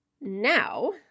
now